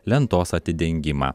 lentos atidengimą